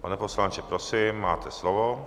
Pane poslanče, prosím, máte slovo.